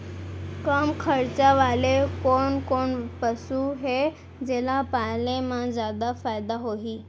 कम खरचा वाले कोन कोन पसु हे जेला पाले म जादा फायदा होही?